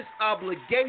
obligation